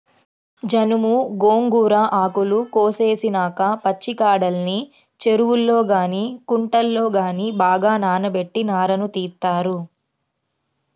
జనుము, గోంగూర ఆకులు కోసేసినాక పచ్చికాడల్ని చెరువుల్లో గానీ కుంటల్లో గానీ బాగా నానబెట్టి నారను తీత్తారు